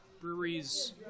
breweries